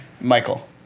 Michael